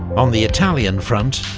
on the italian front,